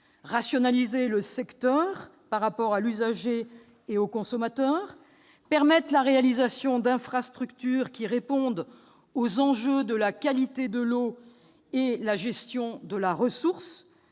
rationaliser le secteur par rapport à l'usager et au consommateur ; permettre la réalisation d'infrastructures qui répondent aux enjeux de la qualité de l'eau et de la gestion de la ressource